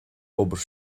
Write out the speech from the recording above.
obair